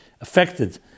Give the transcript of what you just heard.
affected